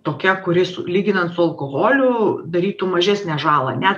tokia kuri su lyginant su alkoholiu darytų mažesnę žalą net